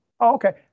Okay